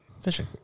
fishing